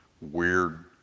weird